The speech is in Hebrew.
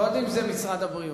קודים זה משרד הבריאות,